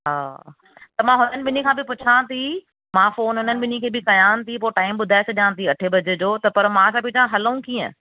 हा त मां हुननि ॿिन्हनि खां बि पुछा थी मां फ़ोन हुन बिनि खे बि कयानि थी पोइ टाइम ॿुधाए छॾिया थी अठे बजे जो त पर मां छा पेई चवां हलूं कीअं